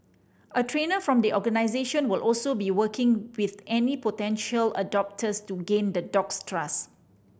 a trainer from the organisation will also be working with any potential adopters to gain the dog's trust